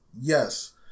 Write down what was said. Yes